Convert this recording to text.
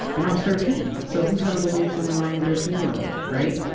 and i was thirteen, so who's gonna believe some lying thirteen year old, right?